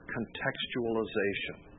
Contextualization